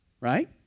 right